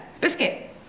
Biscuit